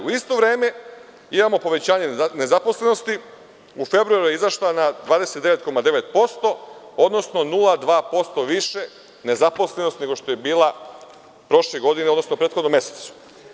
U isto vreme imamo povećanje nezaposlenosti, u februaru je izašla na 29,9%, odnosno 0,2% više nezaposlenost nego što je bila prošle godine, odnosno u prethodnom mesecu.